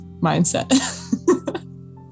mindset